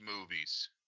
movies